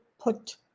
put